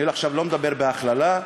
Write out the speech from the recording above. אני לא מדבר בהכללה,